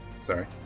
sorry